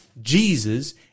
Jesus